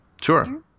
Sure